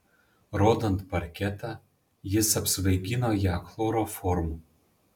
rodant parketą jis apsvaigino ją chloroformu